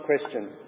question